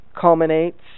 culminates